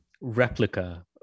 replica